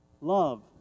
Love